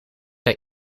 hij